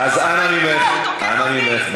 שיסוי זה לא, אז אנא ממך, אנא ממך.